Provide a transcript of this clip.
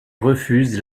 refuse